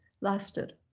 lasted